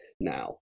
now